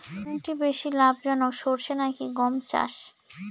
কোনটি বেশি লাভজনক সরষে নাকি গম চাষ?